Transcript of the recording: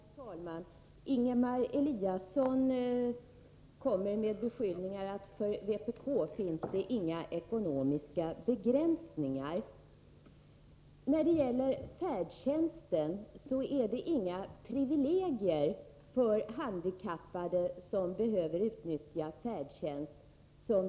Herr talman! Ingemar Eliasson kommer med beskyllningar att det för vpk inte finns några ekonomiska begränsningar. När det gäller färdtjänsten föreslår och efterlyser vi inte några privilegier för handikappade som behöver utnyttja färdtjänst.